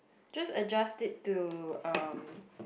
just adjust it to uh